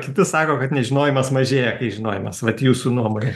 kiti sako kad nežinojimas mažėja kai žinojimas vat jūsų nuomonė